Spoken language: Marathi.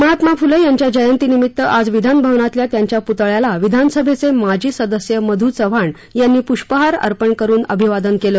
महात्मा फुले यांच्या जयंतीनिमित्त आज विधानभवनातल्या त्यांच्या पुतळ्याला विधानसभेचे माजी सदस्य मधू चव्हाण यांनी पुष्पहार अर्पण करुन अभिवादन केलं